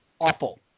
awful